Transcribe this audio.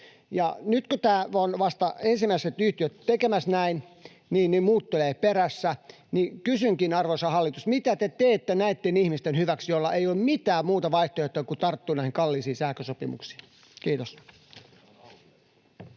nyt kun vasta ensimmäiset yhtiöt ovat tekemässä näin ja muut tulevat perässä, niin kysynkin, arvoisa hallitus: mitä te teette näitten ihmisten hyväksi, joilla ei ole mitään muuta vaihtoehtoa kuin tarttua näihin kalliisiin sähkösopimuksiin? — Kiitos.